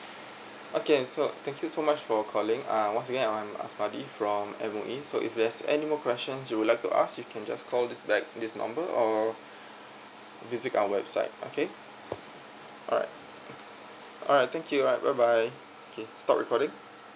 okay so thank you so much for calling uh once again um I'm asmali from M_O_E so if there's any more questions you would like to ask you can just call this back to this number or visit our website okay um alright alright thank you bye bye okay stop recording